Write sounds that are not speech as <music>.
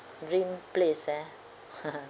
dream place ah <laughs>